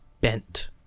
bent